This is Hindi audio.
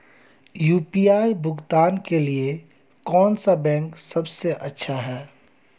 यू.पी.आई भुगतान के लिए कौन सा बैंक सबसे अच्छा है?